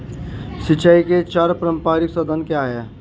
सिंचाई के चार पारंपरिक साधन क्या हैं?